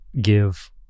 give